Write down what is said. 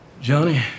Johnny